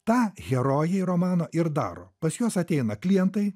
tą herojai romano ir daro pas juos ateina klientai